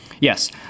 Yes